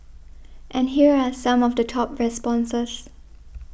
and here are some of the top responses